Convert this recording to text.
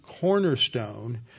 cornerstone